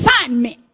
assignment